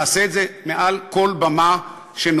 נעשה את זה מעל כל במה שנוכל.